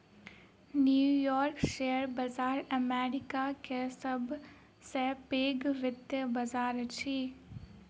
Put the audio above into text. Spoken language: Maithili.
न्यू यॉर्क शेयर बाजार अमेरिका के सब से पैघ वित्तीय बाजार अछि